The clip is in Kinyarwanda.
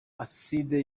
acide